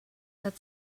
had